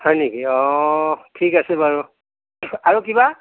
হয় নেকি অঁ ঠিক আছে বাৰু আৰু কিবা